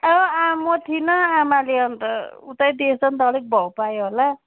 आ म थिइन आमाले अन्त उतै दिएछ नि त अलिक भाउ पायो होला